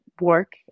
work